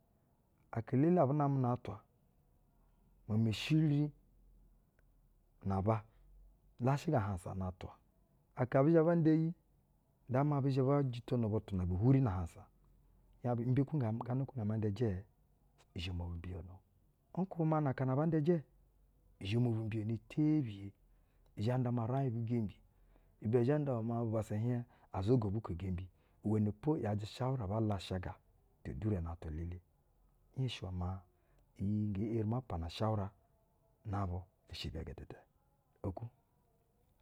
Aka-elele abu namɛ na-atwa meme shiri na aba, lashɛ ga ahansa na-atwa. Aka ɛbi zhɛ ban da iyi, nda maa bi zhɛ bo jitono butu nab u-hwuri na-ahansa hieŋ bu imbe kuŋ gana kuŋ ngɛ ma nda ijɛɛ? I zhɛ mob u mbiyono, nkwubɛ maa, na akana aba nda ijɛ, i zhɛ mo mbiyono tebiye, i zhɛ nda maa uraiŋ bu gembi, ibɛ zhɛ nda iwɛ maa bubassa hieŋ aza gobuko gembi o. iwɛnɛ po ‘yajɛ ushawura aba lashaga te dure na atwa elele. Nhesnshi iwɛ maa, iyi nge eri ma pana shawara nab u i shɛ gɛtɛtɛ okwu mai.